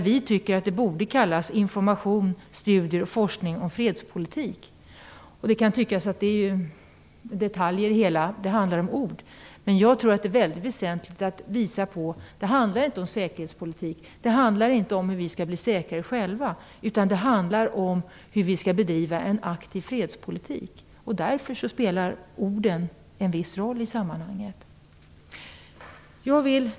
Vi tycker att det borde kallas Information, studier och forskning om fredspolitik. Det kan tyckas att det är detaljer i det hela. Det handlar om ord. Jag tror att det är mycket väsentligt att visa på att det inte handlar om säkerhetspolitik. Det handlar inte om hur vi skall bli säkrare själva. Det handlar om hur vi skall bedriva en aktiv fredspolitik. Därför spelar orden en viss roll i sammanhanget. Fru talman!